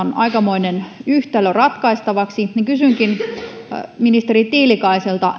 on aikamoinen yhtälö ratkaistavaksi kysynkin ministeri tiilikaiselta